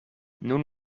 nun